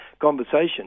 conversation